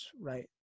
right